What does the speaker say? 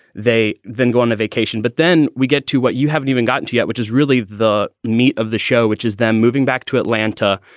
they then go on a vacation. but then we get to what you haven't even gotten to yet, which is really the meat of the show, which is then moving back to atlanta,